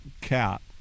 cat